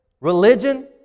religion